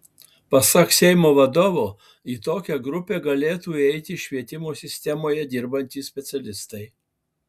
pasak seimo vadovo į tokią grupę galėtų įeiti švietimo sistemoje dirbantys specialistai